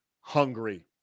hungry